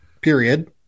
period